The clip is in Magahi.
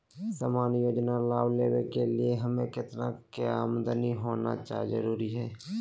सामान्य योजना लाभ लेने के लिए हमें कितना के आमदनी होना जरूरी है?